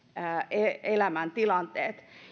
elämäntilanteet